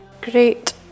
Great